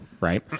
right